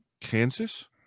Kansas